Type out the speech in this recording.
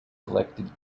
elected